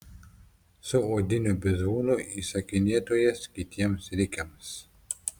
su odiniu bizūnu įsakinėtojas kitiems rikiams